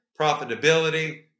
profitability